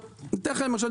למשל,